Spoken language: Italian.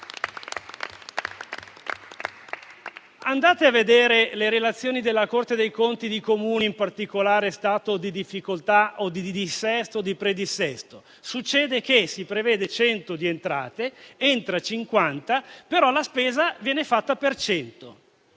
Andate a vedere le relazioni della Corte dei conti di Comuni in particolare stato di difficoltà, di dissesto o predissesto. Succede che si prevede 100 di entrate, entra 50, però la spesa viene prevista per 100;